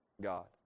God